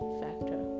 factor